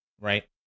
right